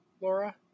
Laura